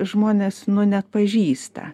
žmonės neatpažįsta